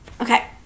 Okay